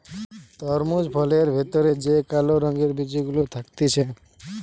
তরমুজ ফলের ভেতর যে কালো রঙের বিচি গুলা থাকতিছে